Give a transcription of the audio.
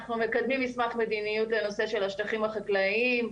אנחנו מקדמים מסמך מדיניות לנושא של השטחים החקלאיים,